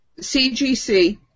CGC